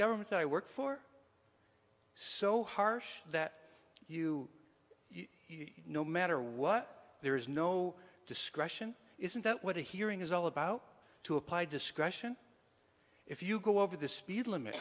government i work for so harsh that you no matter what there is no discretion isn't that what a hearing is all about to apply discussion if you go over the speed limit